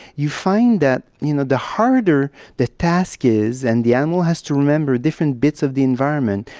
you find that you know the harder the task is and the animal has to remember different bits of the environment,